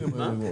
מה?